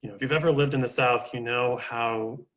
you know if you've ever lived in the south, you know, how,